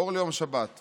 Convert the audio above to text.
אור ליום שבת ו'